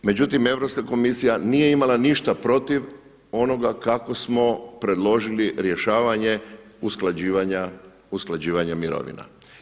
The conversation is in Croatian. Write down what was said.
Međutim, Europska komisija nije imala ništa protiv onoga kako smo predložili rješavanje usklađivanja mirovina.